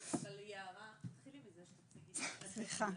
גם בפסיכיאטריה וגם בפסיכולוגיה,